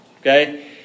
Okay